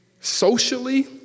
socially